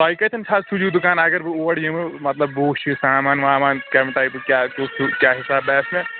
تۄہہِ کتٮ۪ن حظ چھُ یہِ دُکان اگر بہٕ اور یِمہٕ مطلب بہٕ وٕچھ یہِ سامان وامان کمہِ ٹایپُک کیاہ کوٗتاہ چھُو کیاہ حساب باسہِ مےٚ